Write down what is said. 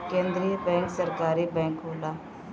केंद्रीय बैंक सरकारी बैंक होला